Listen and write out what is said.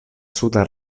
suda